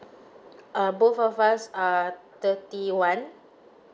uh both of us uh thirty one